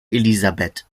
elisabeth